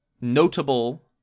notable